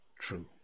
true